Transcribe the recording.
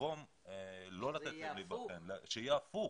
במקום לא לתת להם להיבחן, שיהיה הפוך.